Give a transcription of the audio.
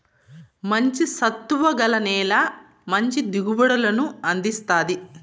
మంచి సత్తువ గల నేల మంచి దిగుబడులను అందిస్తాది